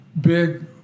big